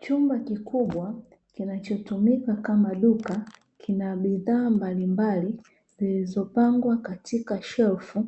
Chumba kikubwa kinachotumika kama duka, kina bidhaa mbalimbali zilizopangwa katika shelfu